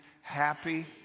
Happy